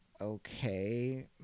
okay